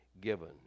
given